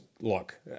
look